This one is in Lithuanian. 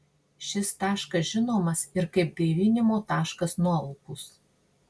šis taškas žinomas ir kaip gaivinimo taškas nualpus